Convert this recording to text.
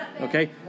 Okay